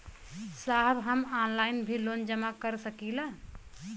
साहब हम ऑनलाइन भी लोन जमा कर सकीला?